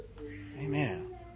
Amen